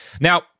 Now